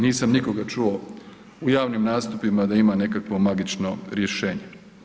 Nisam nikoga čuo u javnim nastupima da ima nekakvo magično rješenje.